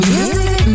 Music